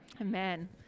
Amen